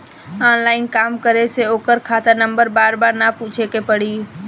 online काम करे से ओकर खाता नंबर बार बार ना पूछे के पड़ी